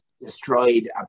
destroyed